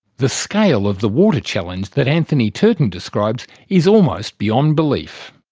the scale of the water challenge that anthony turton describes is almost beyond belief.